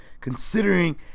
considering